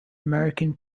american